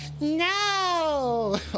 No